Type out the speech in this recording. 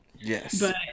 Yes